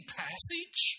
passage